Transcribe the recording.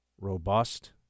robust